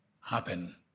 happen